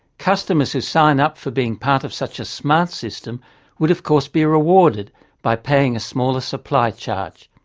customers who sign up for being part of such a smart system would of course be rewarded by paying a smaller supply charge.